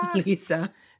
lisa